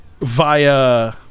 Via